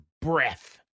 breath